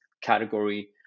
category